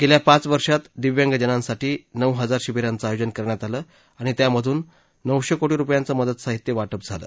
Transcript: गेल्या पाच वर्षात दिव्यांगजनांसाठी नऊ हजार शिबीरांचं आयोजन करण्यात आलं आणि त्यामधून नऊशे कोटी रूपयांचं मदत साहित्य वाटप झालं